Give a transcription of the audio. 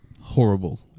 horrible